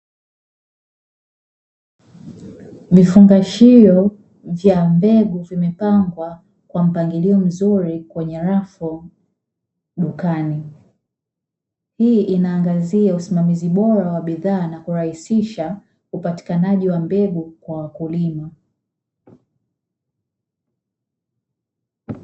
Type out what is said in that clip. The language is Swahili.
Vifungashio vya mbegu zimepangwa kwa mpangilio mzuri kwenye rafu dukani, hii inaangazia usimamizi bora wa bidhaa na kurahisisha upatikanaji wa mbegu kwa wakulima.